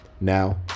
Now